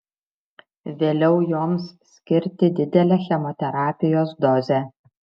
vėliau joms skirti didelę chemoterapijos dozę